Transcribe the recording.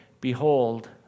Behold